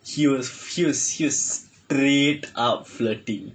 he was he was he was straight up flirting